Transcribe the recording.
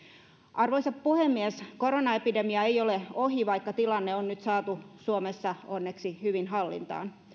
arvoisa puhemies koronaepidemia ei ole ohi vaikka tilanne on nyt saatu suomessa onneksi hyvin hallintaan